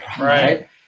Right